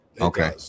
Okay